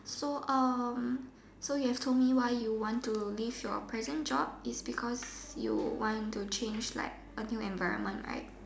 so um so you have told me why you want to leave your present job is because you want to change like a new environment right